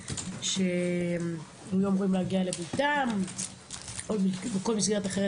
שהיו אמורים להגיע לביתם או למסגרת אחרת,